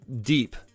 deep